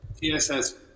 TSS